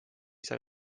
sai